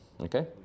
okay